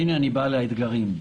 אני מגיע לאתגרים.